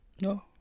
No